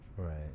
Right